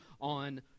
on